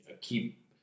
keep